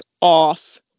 off